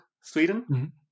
Sweden